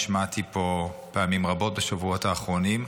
השמעתי פה פעמים רבות בשבועות האחרונים.